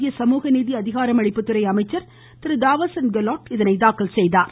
மத்திய சமூக நீதி அதிகாரம் அளிப்புத்துறை அமைச்சர் தாவர்சந்த் கெலாட் இதனை தாக்கல் செய்தார்